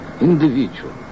individual